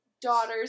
daughters